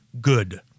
good